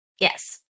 Yes